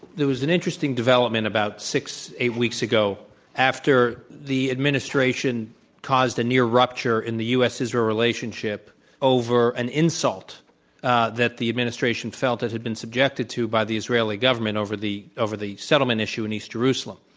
there was an interesting development about six, eight weeks ago after the administration caused a near rupture in the u. s. israel relationship over an insult ah that the administration felt it had been subjected to by the israeli government over the over the settlement issue in east jerusalem.